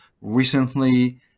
recently